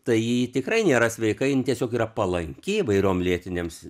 tai ji tikrai nėra sveika jin tiesiog yra palanki įvairiom lėtinėms